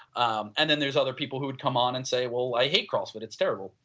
um and then there is other people who would come on and say well, i hate crossfit, it's terrible.